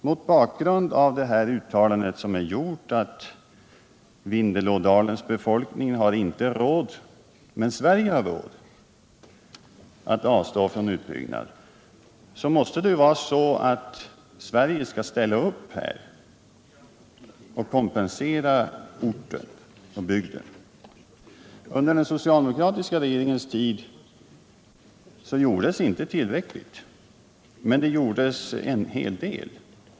Mot bakgrund av det gjorda uttalandet att Vindelådalens befolkning inte har råd att avstå från en utbyggnad men att Sverige har det måste väl Sverige ställa upp och kompensera den här bygden. Under den socialdemokratiska regeringens tid gjordes inte tillräckligt, men det gjordes en hel del.